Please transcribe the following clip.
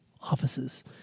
offices